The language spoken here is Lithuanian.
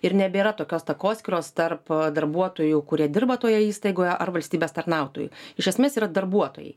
ir nebėra tokios takoskyros tarp darbuotojų kurie dirba toje įstaigoje ar valstybės tarnautojų iš esmės yra darbuotojai